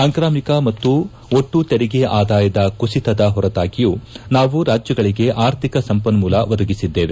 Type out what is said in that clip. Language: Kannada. ಸಾಂಕ್ರಾಮಿಕ ಮತ್ತು ಒಟ್ಟು ತೆರಿಗೆ ಆದಾಯದ ಕುಸಿತದ ಪೊರತಾಗಿಯೂ ನಾವು ರಾಜ್ಯಗಳಿಗೆ ಆರ್ಥಿಕ ಸಂಪನ್ಮೂಲ ಒದಗಿಸಿದ್ದೇವೆ